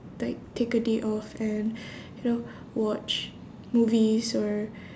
like take a day off and you know watch movies or